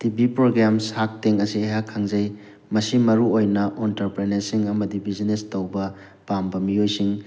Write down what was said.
TV programme Shark Tank ꯑꯁꯤ ꯑꯩꯍꯥꯛ ꯈꯪꯖꯩ ꯃꯁꯤ ꯃꯔꯨꯑꯣꯏꯅ ꯑꯣꯟꯇꯔꯄ꯭ꯔꯦꯅꯔꯁꯤꯡ ꯑꯃꯗꯤ ꯕꯤꯁꯤꯅꯦꯁ ꯇꯧꯕ ꯄꯥꯝꯕ ꯃꯤꯑꯣꯏꯁꯤꯡ